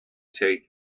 take